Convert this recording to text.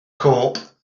corp